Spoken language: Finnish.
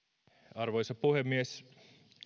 arvoisa puhemies